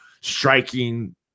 striking